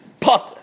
Potter